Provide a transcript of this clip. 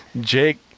Jake